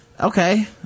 okay